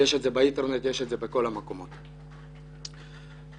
אפשר לראות זאת ברשת.